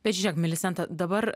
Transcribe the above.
bet žiūrėk milisenta dabar